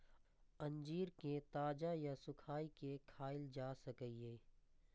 अंजीर कें ताजा या सुखाय के खायल जा सकैए